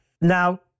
Now